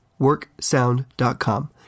worksound.com